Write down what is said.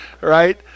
right